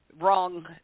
wrong